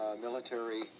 military